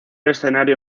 escenario